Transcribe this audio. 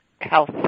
health